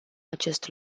acest